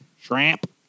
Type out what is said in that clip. Shrimp